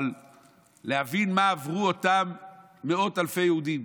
אבל צריך להבין מה עברו אותם מאות אלפי יהודים.